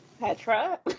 Petra